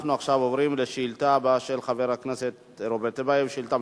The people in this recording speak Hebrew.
הנושאים יתבררו עם כל הגורמים הרלוונטיים בוועדת